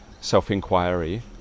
self-inquiry